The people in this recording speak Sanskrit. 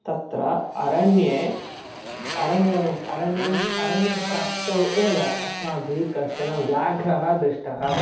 तत्र अरण्ये अरण्यम् अरण्यम् अरण्यप्राप्तौ एव अस्माभिः कश्चन व्याघ्रः दृष्टः